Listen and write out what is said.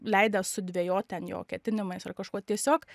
leidęs sudvejot ten jo ketinimais ar kažkuo tiesiog